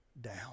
down